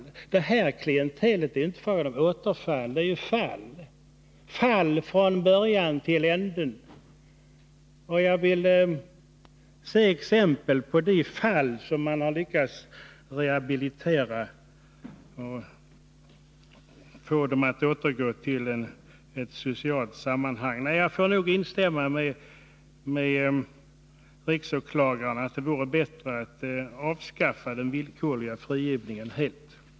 När det gäller det här aktuella klientelet är det dock inte fråga om återfall, utan om fall, från början till änden. Jag vill se exempel på fall som man har lyckats rehabilitera och få 29 att återgå till ett socialt sammanhang. Jag får nog instämma med riksåklagaren att det vore bättre att avskaffa den villkorliga frigivningen helt.